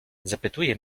zapytuje